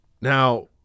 now